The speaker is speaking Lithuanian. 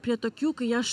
prie tokių kai aš